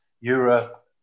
europe